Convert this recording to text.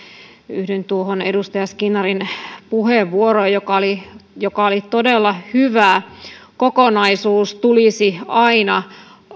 yhdyn tuohon edustaja skinnarin puheenvuoroon joka oli joka oli todella hyvä kokonaisuus tulisi aina